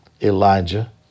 Elijah